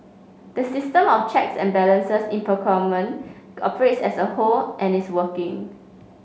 the system of checks and balances in procurement operates as a whole and is working